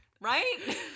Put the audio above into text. Right